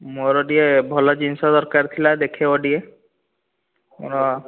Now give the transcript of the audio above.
ମୋର ଟିକିଏ ଭଲ ଜିନିଷ ଦରକାର ଥିଲା ଦେଖାଇବ ଟିକିଏ